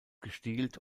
gestielt